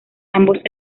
ambos